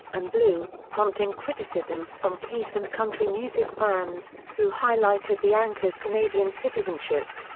and blue, prompting criticism from keith and country music fans, who highlighted the anchor's canadian citizenship.